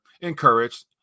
encouraged